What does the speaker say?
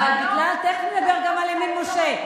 תיכף נדבר גם על ימין-משה.